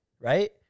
right